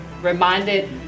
reminded